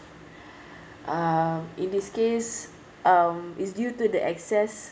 uh in this case um is due to the access